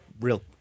real